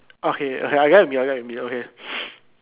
okay okay